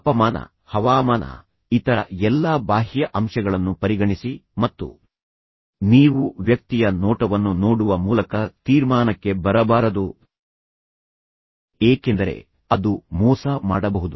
ತಾಪಮಾನ ಹವಾಮಾನ ಇತರ ಎಲ್ಲಾ ಬಾಹ್ಯ ಅಂಶಗಳನ್ನು ಪರಿಗಣಿಸಿ ಮತ್ತು ನೀವು ವ್ಯಕ್ತಿಯ ನೋಟವನ್ನು ನೋಡುವ ಮೂಲಕ ತೀರ್ಮಾನಕ್ಕೆ ಬರಬಾರದು ಏಕೆಂದರೆ ಅದು ಮೋಸ ಮಾಡಬಹುದು